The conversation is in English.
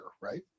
right